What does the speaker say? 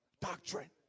doctrine